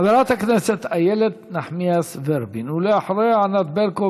חברת הכנסת איילת נחמיאס ורבין, ואחריה, ענת ברקו.